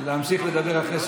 נילחם על זכותם, זה מגיע להם.